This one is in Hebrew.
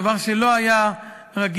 דבר שלא היה רגיל,